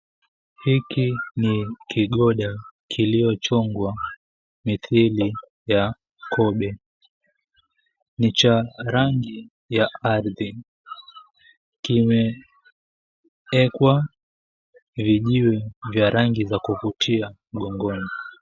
Hiki ni kigoda kiliochogwa mithili ya kobe ni cha rangi ya ardhi kimeekwa vijiwe vya rangi ya kupendeza mgongoni.